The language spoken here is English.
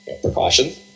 Precautions